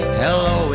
hello